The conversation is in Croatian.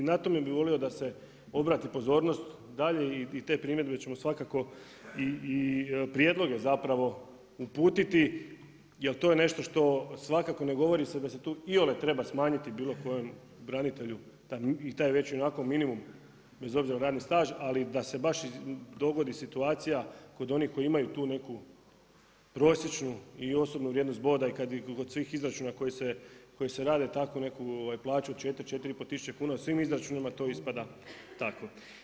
I na tome bi volio da se obrati pozornost dalje i te primjedbe ću svakako i prijedloge zapravo uputiti, jer to je nešto što svakako ne govori se da tu i one treba smanjiti bilo kojem branitelju i taj već onako minimum bez obziran na radni staž, ali da se baš dogodi situacija kod onih koji imaju tu neku prosječnu i osobnu vrijednost boda i kad bi kod svih izračuna koji se rade, takvu neku plaću od 4000-4500 kuna u svim izračunima to ispada tako.